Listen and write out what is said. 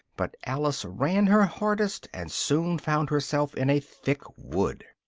but alice ran her hardest, and soon found herself in a thick wood.